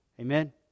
Amen